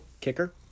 kicker